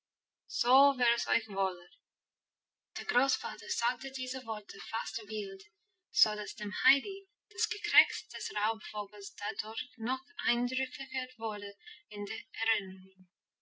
so wär's euch wohler der großvater sagte diese worte fast wild so dass dem heidi das gekrächz des raubvogels dadurch noch eindrücklicher wurde in der